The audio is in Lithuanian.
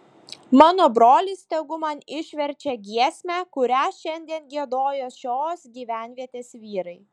mano brolis tegu man išverčia giesmę kurią šiandien giedojo šios gyvenvietės vyrai